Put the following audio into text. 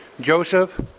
Joseph